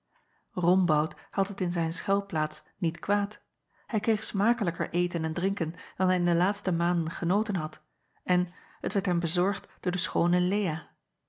ombout had het in zijn schuilplaats niet kwaad hij kreeg smakelijker eten en drinken dan hij in de laatste maanden genoten had en het werd hem bezorgd door de schoone ea